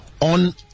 On